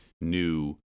new